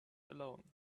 alone